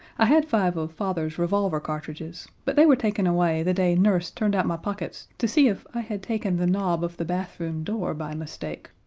i had five of father's revolver cartridges, but they were taken away the day nurse turned out my pockets to see if i had taken the knob of the bathroom door by mistake.